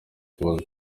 kibazo